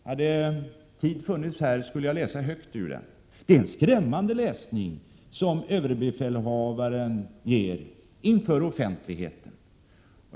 Hade tid funnits skulle jag ha läst högt ur den. Det är en skrämmande läsning som överbefälhavaren erbjuder inför offentligheten.